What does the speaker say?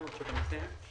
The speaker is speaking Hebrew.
התש"ף-2020.